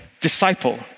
disciple